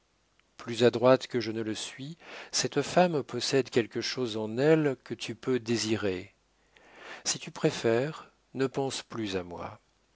plus adroite que je ne le suis cette femme possède quelque chose en elle que tu peux désirer si tu la préfères ne pense plus à moi